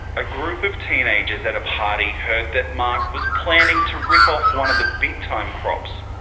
a group of teenagers at a party heard that mark was planning to rip off one of the big time crops,